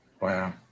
Wow